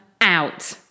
out